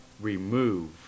remove